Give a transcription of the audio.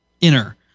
inner